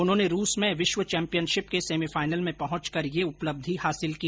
उन्होंने रूस में विश्व चैम्पियनशिप के सेमीफाइनल में पहुंचकर यह उपलब्धि हासिल की